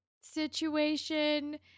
situation